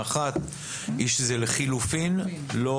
האחת היא שזה לחלופין, לא